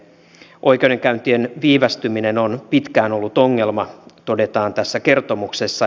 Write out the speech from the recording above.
oikeudenkäyntien viivästyminen on pitkään ollut ongelma todetaan tässä kertomuksessa